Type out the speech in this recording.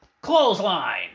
clothesline